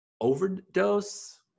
overdose